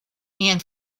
and